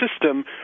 system